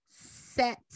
set